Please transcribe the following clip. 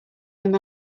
him